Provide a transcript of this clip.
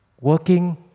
working